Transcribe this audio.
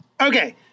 Okay